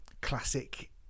classic